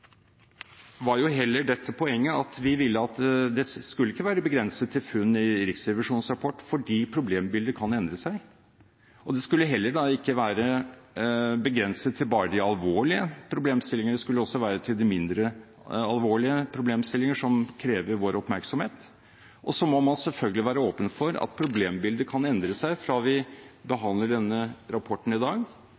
var jo heller dette poenget at vi ville at det ikke skulle være begrenset til funn i Riksrevisjonens rapport, fordi problembildet kan endre seg. Og det skulle da heller ikke være begrenset til bare de alvorlige problemstillingene; det skulle også være begrenset til de mindre alvorlige problemstillinger som krever vår oppmerksomhet. Og så må man selvfølgelig være åpen for at problembildet kan endre seg fra vi behandler denne rapporten i dag,